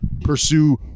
pursue